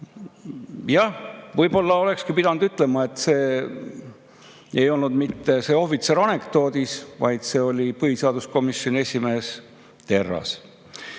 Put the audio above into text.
jah, võib-olla olekski pidanud ütlema, et see ei olnud mitte see ohvitser anekdoodis, vaid see oli põhiseaduskomisjoni esimees Terras.